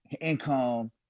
income